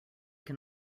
can